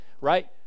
right